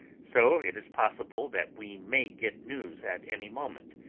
so it is possible that we may get news at any moment.